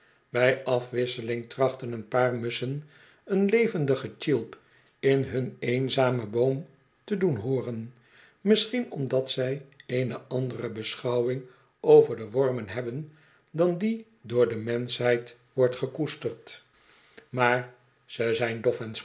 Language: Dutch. bij afwisseling trachten een paar musschen een levendig getjilp in hun eenzamen boom te doen hooren misschien omdat zij eene andere beschouwing over de wormen hebben dan die door de menschheid wordt gekoesterd maar ze zijn